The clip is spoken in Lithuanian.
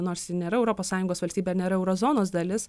nors ji nėra europos sąjungos valstybė ir nėra euro zonos dalis